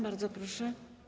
Bardzo proszę.